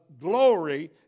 glory